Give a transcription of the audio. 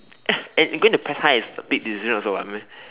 and and going to pres high is a big decision also [what] no meh